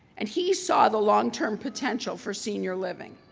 and he saw the long-term potential for senior living.